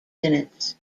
minutes